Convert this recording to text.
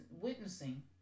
witnessing